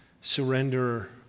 surrender